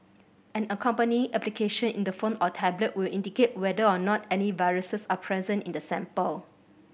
an accompanying application in the phone or tablet will indicate whether or not any viruses are present in the sample